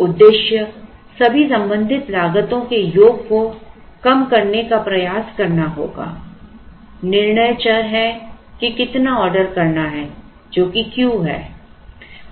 तो उद्देश्य सभी संबंधित लागतों के योग को कम करने का प्रयास करना होगा निर्णय चर है कि कितना ऑर्डर करना है जो कि Q है